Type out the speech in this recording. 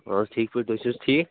اَہن حظ ٹھیٖک پٲٹھۍ تُہۍ چھِو حظ ٹھیٖک